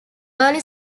early